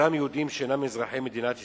אותם יהודים שאינם אזרחי מדינת ישראל,